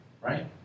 right